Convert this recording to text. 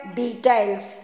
details